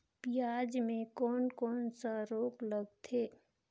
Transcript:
पियाज मे कोन कोन सा रोग लगथे?